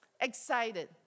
Excited